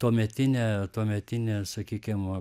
tuometinė tuometinė sakykim